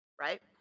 Right